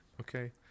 okay